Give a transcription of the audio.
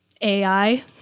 AI